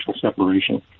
separation